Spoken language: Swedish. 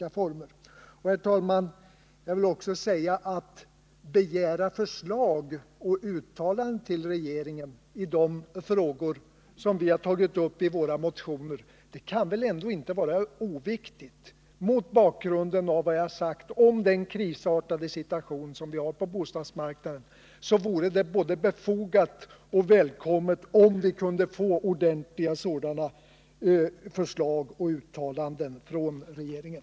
Jag vill också säga att det inte kan vara oviktigt att begära förslag och uttalanden från regeringen i de frågor som vi har tagit upp i våra motioner. Mot bakgrund av vad jag har sagt om den krisartade situation som råder på bostadsmarknaden vore det både befogat och välkommet om vi kunde få ordentliga förslag och uttalanden från regeringen.